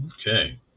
Okay